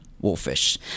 Wolfish